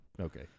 Okay